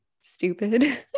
stupid